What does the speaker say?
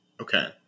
Okay